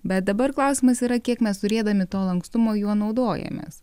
bet dabar klausimas yra kiek mes turėdami to lankstumo juo naudojamės